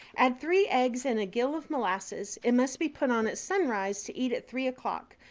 add three eggs and a gill of molasses. it must be put on at sunrise to eat at three o'clock.